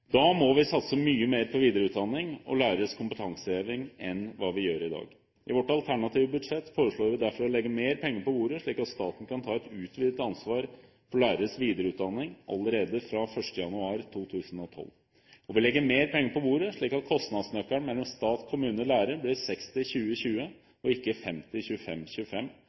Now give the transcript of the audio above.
Da må vi satse mye mer på videreutdanning og læreres kompetanseheving enn hva vi gjør i dag. I vårt alternative budsjett foreslår vi derfor å legge mer penger på bordet, slik at staten kan ta et utvidet ansvar for læreres videreutdanning allerede fra 1. januar 2012. Vi legger mer penger på bordet, slik at kostnadsnøkkelen mellom stat, kommune og lærer blir 60–20–20 og ikke